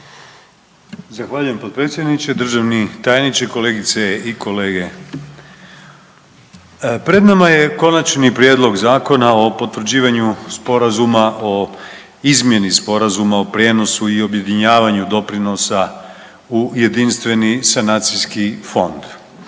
Zahvaljujem potpredsjedniče, državni tajniče, kolegice i kolege. Pred nama je Konačni prijedlog Zakona o potvrđivanju sporazuma o izmjeni sporazuma o prijenosu i objedinjavanju doprinosa u Jedinstveni sanacijski fond